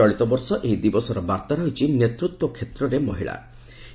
ଚଳିତ ବର୍ଷ ଏହି ଦିବସର ବାର୍ତ୍ତା ରହିଛି ନେତ୍ତ୍ କ୍ଷେତ୍ରରେ ମହିଳା